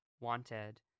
wanted